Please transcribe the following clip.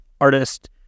artist